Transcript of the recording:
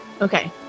Okay